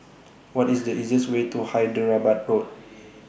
What IS The easiest Way to Hyderabad Road